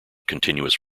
continuous